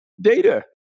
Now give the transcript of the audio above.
data